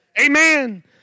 Amen